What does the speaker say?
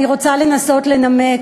אני רוצה לנסות לנמק.